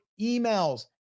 emails